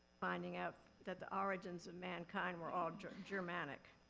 finding out that the origins of mankind were all germanic.